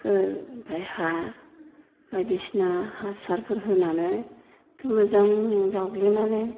फोर आमफाय हा बायदिसिना हासारफोर होनानै मोजां जावग्लिनानै